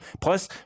Plus